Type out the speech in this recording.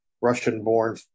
Russian-born